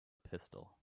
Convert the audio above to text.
pistol